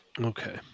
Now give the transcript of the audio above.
Okay